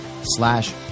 slash